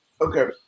Okay